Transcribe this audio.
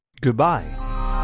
goodbye